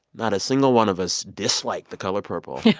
not a single one of us dislike the color purple. yeah